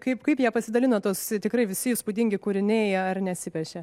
kaip kaip jie pasidalino tas tikrai visi įspūdingi kūriniai ar nesipešė